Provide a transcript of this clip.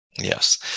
Yes